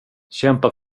kämpa